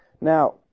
Now